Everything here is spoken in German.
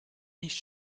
nicht